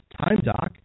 TimeDoc